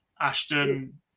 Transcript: Ashton